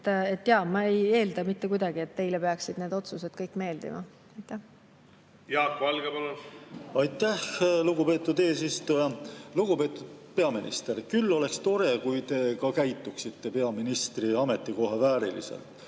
ma ei eelda mitte kuidagi, et teile peaksid kõik need otsused meeldima. Jaak Valge, palun! Aitäh, lugupeetud eesistuja! Lugupeetud peaminister! Küll oleks tore, kui te ka käituksite peaministri ametikoha vääriliselt.